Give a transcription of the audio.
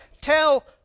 Tell